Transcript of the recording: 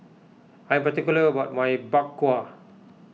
I am particular about my Bak Kwa